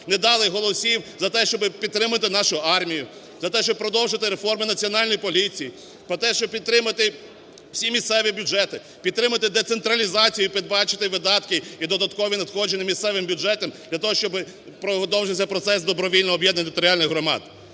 не дали голосів за те, щоб підтримати нашу армію, за те, щоб продовжити реформи Національної поліції, про те, щоб підтримати всі місцеві бюджети, підтримати децентралізацію і передбачити видатки і додаткові надходження місцевим бюджетам, для того щоб продовжився процес добровільного об'єднання територіальних громад.